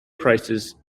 prices